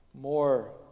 more